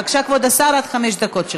בבקשה, כבוד השר, עד חמש דקות.